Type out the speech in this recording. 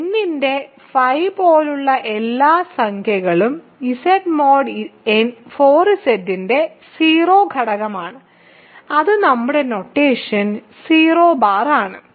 n ന്റെ φ പോലുള്ള എല്ലാ സംഖ്യകളും Z mod 4Z ന്റെ 0 ഘടകമാണ് അത് നമ്മുടെ നൊട്ടേഷനിൽ 0 ആണ്